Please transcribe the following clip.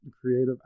creative